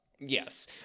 Yes